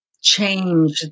change